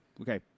Okay